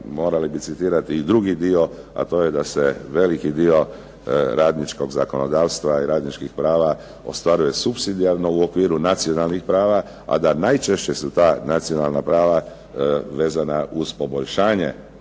morali bi citirati i drugi dio, a to je da se veliki dio radničkog zakonodavstva i radničkih prava ostvaruje supsidijarno u okviru nacionalnih prava, a da najčešće su ta nacionalna prava vezana uz poboljšanje